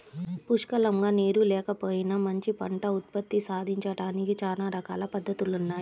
పుష్కలంగా నీరు లేకపోయినా మంచి పంట ఉత్పత్తి సాధించడానికి చానా రకాల పద్దతులున్నయ్